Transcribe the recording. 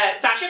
Sasha